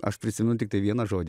aš prisimenu tiktai vieną žodį